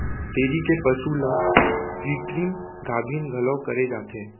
dairy के पसु ल कृत्रिम गाभिन घलौ करे जाथे